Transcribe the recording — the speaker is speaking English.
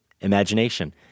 imagination